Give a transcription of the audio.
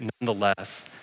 nonetheless